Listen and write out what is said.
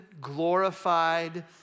glorified